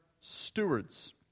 stewards